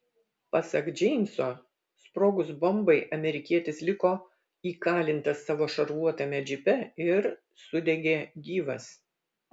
pasak džeimso sprogus bombai amerikietis liko įkalintas savo šarvuotame džipe ir sudegė gyvas